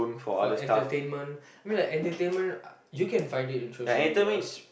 for entertainment I mean like entertainment uh you can find it in social media